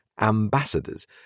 Ambassadors